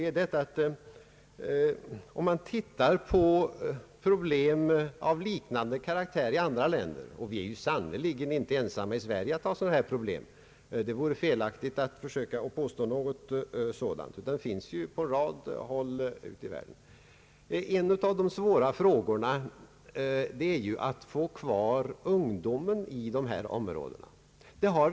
Problem av liknande karaktär finns också i andra länder. Vi är sannerligen inte ensamma om att ha sådana här problem. En av de svåraste uppgifterna är att förmå ungdomen att stanna kvar i sådana här områden.